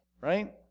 Right